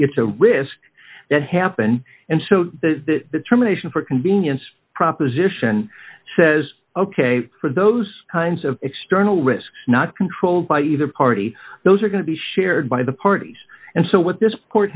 it's a risk that happen and so the determination for convenience proposition says ok for those kinds of external risks not controlled by either party those are going to be shared by the parties and so what this court